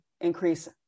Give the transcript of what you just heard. increase